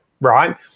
right